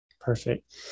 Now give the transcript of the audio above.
Perfect